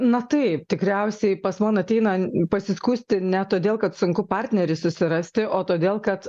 na taip tikriausiai pas ateina pasiskųsti ne todėl kad sunku partnerį susirasti o todėl kad